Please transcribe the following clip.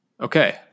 Okay